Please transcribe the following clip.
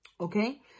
okay